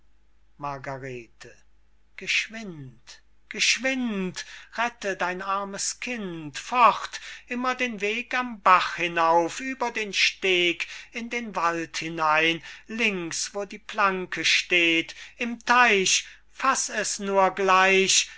margarete geschwind geschwind rette dein armes kind fort immer den weg am bach hinauf ueber den steg in den wald hinein links wo die planke steht im teich faß es nur gleich